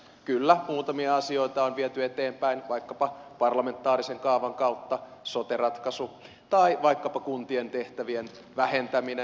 kyllä muutamia asioita on viety eteenpäin vaikkapa parlamentaarisen kaavan kautta sote ratkaisu tai vaikkapa kuntien tehtävien vähentäminen